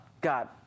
God